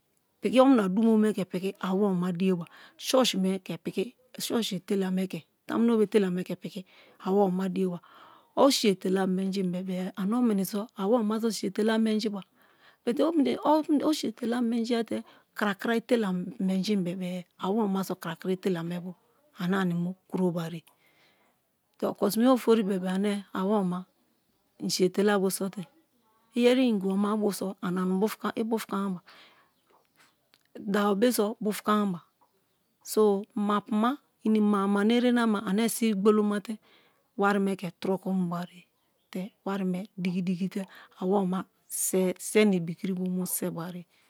Pi̠ki̠ omina dumo me ke pi̠ki̠ owoma di̠yeba church me ke piki churchi ete̠la̠ me ke piki awome ma diyeba. o̠ siye ete̠la̠ me̠nji̠ bebe-e ane ominiso awoma so shi̠ ete̠la menji-ba. But o̠ shi ete̠la menji̠ te̠ krakra etela menjim bebe-e awoma so̠ krakra ete̠la me bo ane ani mu kuro wariye te̠ oko̠si̠me̠ye̠ ofori bebe ane awoma i s̠i ete̠la bo̠ s̠o te̠ i̠ yeri ingibo ma bo so ani ibu fukamaba dabo be so̠ bufu kamaba so̠ ma puma ini ma amano erenama ane si̠bi̠ gboloma wari̠ me̠ ke̠ turoko mubariye te̠ wari me diki-diki te awoma se na i̠bi ki̠ri̠ bo mu sebariye